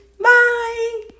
Bye